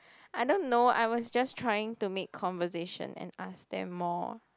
I don't know I was just trying to make conversation and ask them more